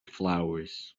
flowers